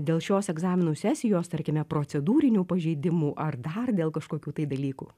dėl šios egzaminų sesijos tarkime procedūrinių pažeidimų ar dar dėl kažkokių tai dalykų